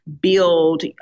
build